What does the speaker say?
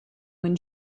when